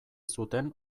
zuten